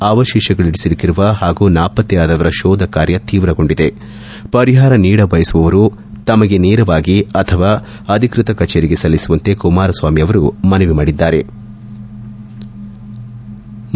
ಅವಶೇಷಗಳಡಿ ಸಿಲುಕಿರುವ ಹಾಗೂ ನಾಪತ್ತೆಯಾದವರ ಶೋಧ ಕಾರ್ಯ ತೀವ್ರಗೊಂಡಿದೆ ಪರಿಹಾರ ನೀಡಬಯಸುವವರು ತಮ್ಗೆ ನೇರವಾಗಿ ಅಥವಾ ಅಧಿಕೃತ ಕಚೇರಿಗೆ ಸಲ್ಲಿಸುವಂತೆ ಕುಮಾರಸ್ವಾಮಿ ಮನವಿ ಮಾಡಿಕೊಂಡರು